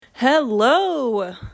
Hello